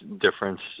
difference